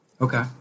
Okay